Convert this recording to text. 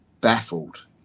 baffled